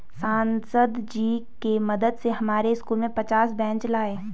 सांसद जी के मदद से हमारे स्कूल में पचास बेंच लाए